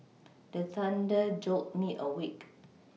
the thunder jolt me awake